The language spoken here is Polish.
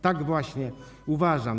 Tak właśnie uważam.